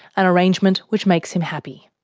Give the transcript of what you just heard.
an arrangement which makes him happy.